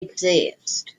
exist